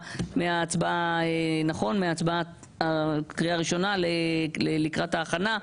מההצבעה בקריאה ראשונה לקראת ההכנה.